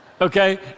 okay